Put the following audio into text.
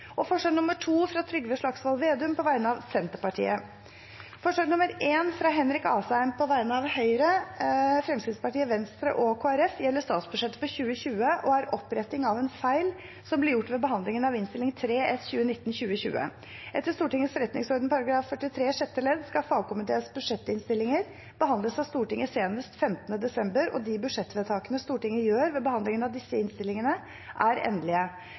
forslag nr. 2, fra Trygve Slagsvold Vedum på vegne av Senterpartiet Forslag nr. 1 gjelder statsbudsjettet for 2020 og er oppretting av en feil som ble gjort ved behandlingen av Innst. 3 S for 2019–2020. Etter Stortingets forretningsorden § 43 sjette ledd skal fagkomiteenes budsjettinnstillinger behandles av Stortinget senest 15. desember, og de budsjettvedtakene Stortinget gjør ved behandlingen av disse innstillingene, er endelige.